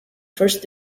first